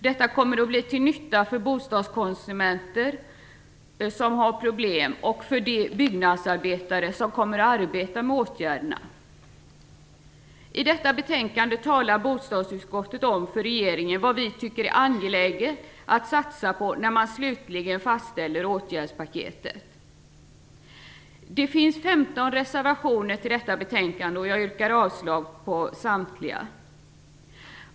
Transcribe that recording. Detta kommer att bli till nytta för bostadskonsumenter som har problem och för de byggnadsarbetare som kommer att arbeta med åtgärderna. I detta betänkande talar bostadsutskottet om för regeringen vad vi tycker är angeläget att satsa på när man slutligen fastställer åtgärdspaketet. Det finns 15 reservationer till detta betänkande och jag yrkar avslag på samtliga.